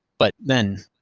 but then,